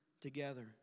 together